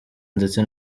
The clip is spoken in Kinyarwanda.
ndetse